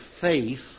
faith